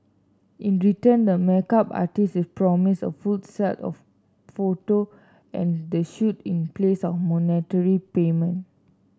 in return the makeup artist is promised a full set of photo and the shoot in place of monetary payment